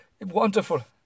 Wonderful